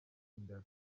inda